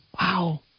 Wow